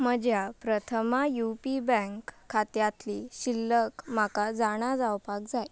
म्हज्या Prathama U P bank खात्यांतली शिल्लक म्हाका जाणा जावपाक जाय